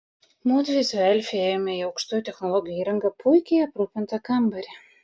mudvi su elfe įėjome į aukštųjų technologijų įranga puikiai aprūpintą kambarį